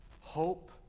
hope